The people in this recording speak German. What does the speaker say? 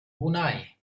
brunei